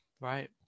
right